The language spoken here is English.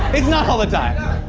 it's not all the time.